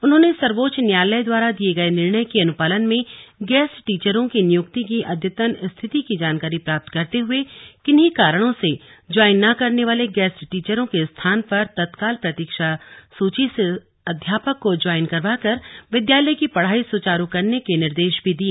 उन्होंने सर्वोच्च न्यायालय द्वारा दिए गए निर्णय के अनुपालन में गेस्ट टीचरों की नियुक्ति की अद्यतन स्थिति की जानकारी प्राप्त करते हुए किन्हीं कारणों से ज्वाइन न करने वाले गेस्ट टीचरों के स्थान पर तत्काल प्रतीक्षा सूची से अध्यापक को ज्वाइन करवाकर विद्यालय की पढ़ाई सुचारू करने के निर्देश भी दिए